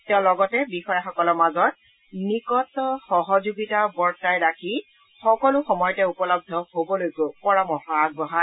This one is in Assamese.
তেওঁ লগতে বিষয়াসকলৰ মাজত নিকট সহযোগিতা বৰ্তাই ৰাখি সকলো সময়তে উপলব্ধ হবলৈকো পৰামৰ্শ আগবঢ়ায়